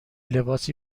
لباسی